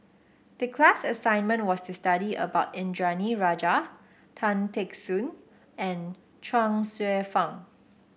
the class assignment was to study about Indranee Rajah Tan Teck Soon and Chuang Hsueh Fang